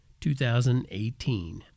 2018